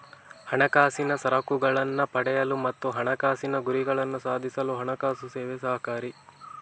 ಹಣಕಾಸಿನ ಸರಕುಗಳನ್ನ ಪಡೆಯಲು ಮತ್ತು ಹಣಕಾಸಿನ ಗುರಿಗಳನ್ನ ಸಾಧಿಸಲು ಹಣಕಾಸು ಸೇವೆ ಸಹಕಾರಿ